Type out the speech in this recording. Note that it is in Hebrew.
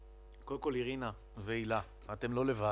קודם כול, אירינה והילה, אתן לא לבד.